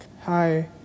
hi